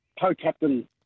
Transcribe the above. co-captain